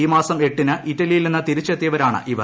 ഈ മാസം എട്ടിന് ഇറ്റലിയിൽ നിന്ന് തിരിച്ചെത്തിയവരായണ് ഇവർ